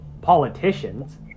politicians